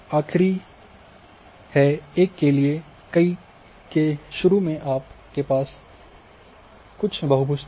आखिरी है एक के लिए कई के शुरू में आपके पास कुछ बहुभुज थे